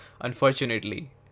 unfortunately